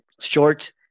short